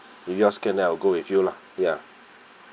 if you all can then I'll go with you lah ya